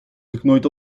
geknoeid